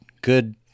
good